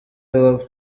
rubavu